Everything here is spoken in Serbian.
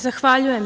Zahvaljujem.